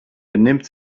benimmt